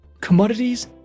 commodities